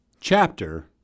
Chapter